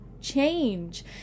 change